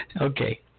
Okay